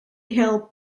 hill